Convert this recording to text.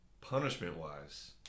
punishment-wise